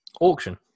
Auction